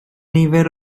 nifer